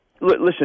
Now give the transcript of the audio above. Listen